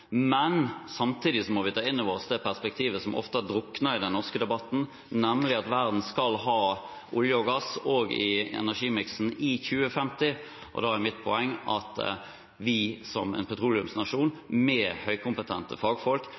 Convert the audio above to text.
men samtidig må vi ta inn over oss det perspektivet som ofte har druknet i den norske debatten, at verden skal ha olje og gass i energimiksen også i 2050. Mitt poeng er at vi som petroleumsnasjon med høykompetente fagfolk